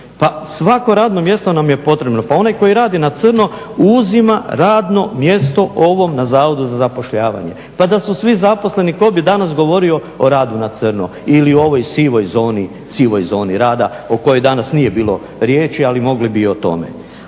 Pa svako radno mjesto nam je potrebno. Pa onaj koji radi na crno uzima radno mjesto ovom na Zavodu za zapošljavanje. Pa da su svi zaposleni tko bi danas govorio o radu na crno? Ili ovoj sivoj zoni, sivoj zoni rada o kojoj danas nije bilo riječi, ali mogli bi i o tome.